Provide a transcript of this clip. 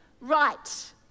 right